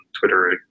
Twitter